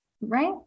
Right